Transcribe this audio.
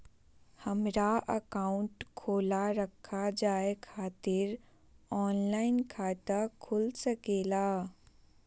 हमारा अकाउंट खोला रखा जाए खातिर ऑनलाइन खाता खुल सके ला?